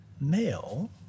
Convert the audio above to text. male